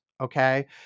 okay